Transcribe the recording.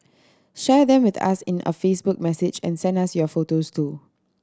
share them with us in a Facebook message and send us your photos too